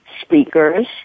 speakers